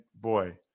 boy